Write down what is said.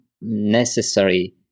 necessary